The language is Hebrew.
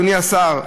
אדוני השר,